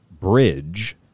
bridge